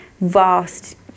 vast